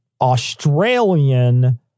Australian